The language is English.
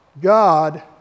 God